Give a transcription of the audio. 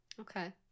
okay